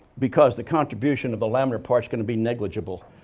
because the contribution of the laminar parts can be negligible.